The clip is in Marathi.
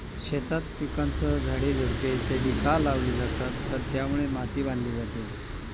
शेतात पिकांसह झाडे, झुडपे इत्यादि का लावली जातात तर त्यामुळे माती बांधली जाते